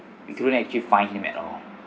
we couldn't actually find him at all